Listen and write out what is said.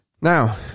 Now